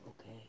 Okay